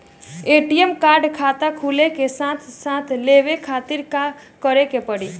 ATM card खाता खुले के साथे साथ लेवे खातिर का करे के पड़ी?